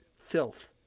filth